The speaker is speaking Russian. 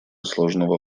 сложного